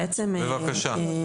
בבקשה.